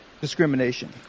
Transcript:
discrimination